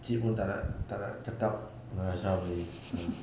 encik pun tak nak tak nak cakap cakap dengan ashraf ini ah